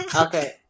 Okay